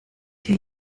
hier